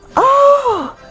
oh!